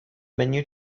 menu